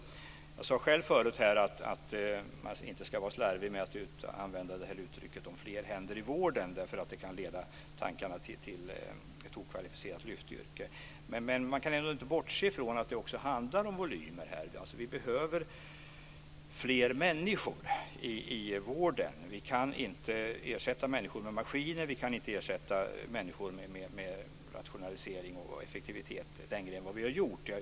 Jag sade själv förut att man inte ska vara slarvig med att använda uttrycket "fler händer i vården" därför att det kan leda tankarna till ett okvalificerat lyftyrke. Men man kan ändå inte bortse ifrån att det också handlar om volymer. Vi behöver fler människor i vården. Vi kan inte ersätta människor med maskiner. Vi kan inte ersätta människor med rationalisering och effektivitet längre vi än vad vi har gjort.